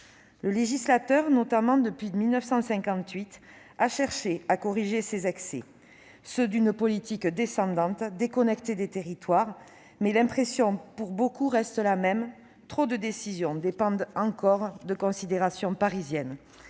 Le législateur, notamment depuis 1958, a cherché à corriger ses excès, ceux d'une politique descendante, déconnectée des territoires, mais l'impression pour beaucoup reste la même : trop de décisions dépendent encore de considérations parisiennes.